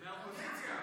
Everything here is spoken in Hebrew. מהאופוזיציה.